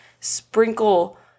sprinkle